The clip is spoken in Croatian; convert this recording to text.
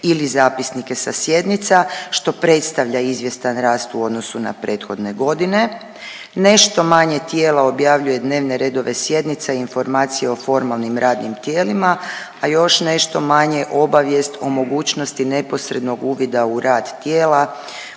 ili zapisnike sa sjednica što predstavlja izvjestan rast u odnosu na prethodne godine. Nešto manje tijela objavljuje dnevne redove sjednica i informacije o formalnim radnim tijelima, a još nešto manje obavijest o mogućnosti neposrednog uvida u rad tijela,